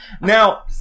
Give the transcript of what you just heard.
Now